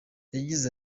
yagize